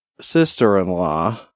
sister-in-law